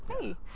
Hey